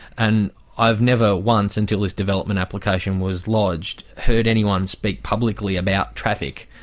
and i've never once, until this development application was lodged, heard anyone speak publicly about traffic.